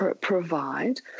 provide